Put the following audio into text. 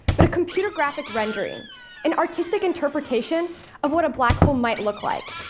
but a computer graphic rendering an artistic interpretation of what a black hole might look like.